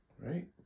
right